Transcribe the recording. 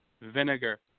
vinegar